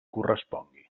correspongui